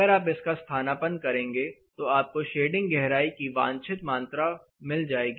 अगर आप इसका स्थानापन्न करेंगे तो आपको शेडिंग गहराई की वांछित मात्रा मिल जाएगी